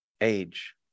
age